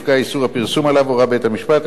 יפקע איסור הפרסום שעליו הורה בית-המשפט,